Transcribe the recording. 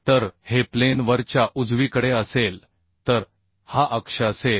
तर हे प्लेन वरच्या बाजूला असेल तर हा अक्ष असेल